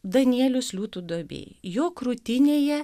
danielius liūtų duobėj jo krūtinėje